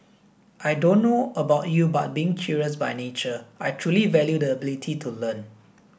I don't know about you but being curious by nature I truly value the ability to learn